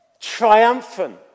Triumphant